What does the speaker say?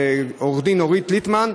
לעו"ד אורית ליטמן,